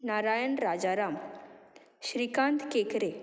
Narayan Rajaram Shrikant केकरें